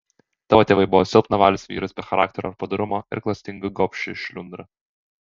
tavo tėvai buvo silpnavalis vyras be charakterio ar padorumo ir klastinga gobši šliundra